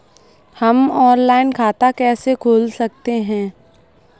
हम ऑनलाइन खाता कैसे खोल सकते हैं?